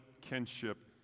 kinship